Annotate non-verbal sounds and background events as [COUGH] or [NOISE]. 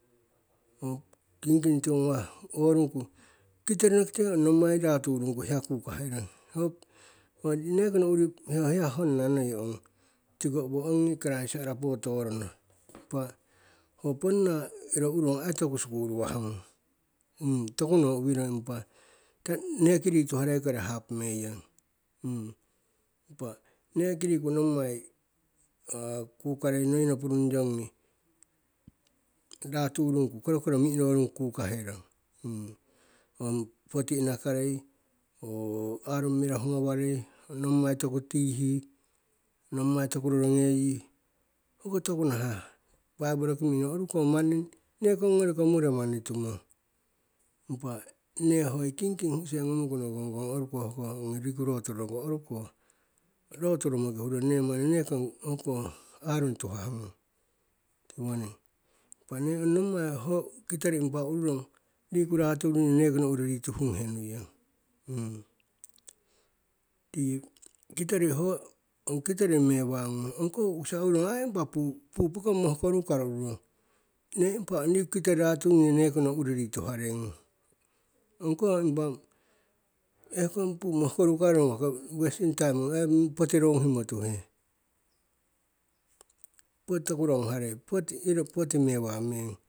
ho kingking tiwo gawah orungku, kitorino kite ong nommai ratung rungku hiya kukaherong. Ho, ho nekono uri ho hiya honna noi ong, tiko owo ongi kairasisi arapo torono, impa, ho ponna iro ururong ai toku sikuru wah gung. [HESITATION] toku no uwirong, impa, neki rituharei kori hapomeiyong.impa, neki riku nommai kukarei noi nopurung yongi ratu rungku korokoro mi'ino rungku kukahe rong. ong poti inakarei, arung mirahu gawarei, nommai toku tihi, nommai toku rorogeyi, hoko toku nahah baibolo ki mi'ino, oruko manni nekong ngoriko mure manni tumong, impa nne hoi kingking hu'use ngomu'uku nohung kong oruko hoko ongi riku lotu rongrong kung, oruko, lotu romoki hurong nne manni nekong o'oko arung tuhah ngung, tiwoning. Impa nne ong nommai ho kitori impa ururong riku ratung rungyo nekono uri rituhung he nuiyong ti kitorino ho ong kitorino mewa ngung, ong koh u'ukisa urumong ai impa pu, pu pokong mohkuru karo uru rong. Nne impa ong riku kitori raturungyo nekono uri rituharei ngung, ong koh impa ehkong pu mohkoru kairong, hoko westim taim poti roguhimo tuhe. Poti toku nugaharei, iro poti mewa meng.